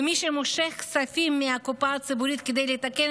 במי שמושך כספים מהקופה הציבורית כדי לתקן